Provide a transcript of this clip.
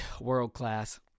world-class